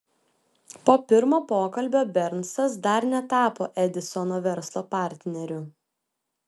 po pirmo pokalbio bernsas dar netapo edisono verslo partneriu